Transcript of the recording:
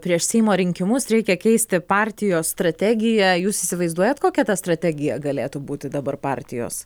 prieš seimo rinkimus reikia keisti partijos strategiją jūs įsivaizduojat kokia ta strategija galėtų būti dabar partijos